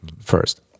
first